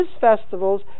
festivals